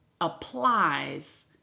applies